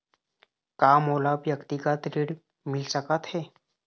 का मोला व्यक्तिगत ऋण मिल सकत हे?